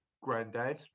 granddad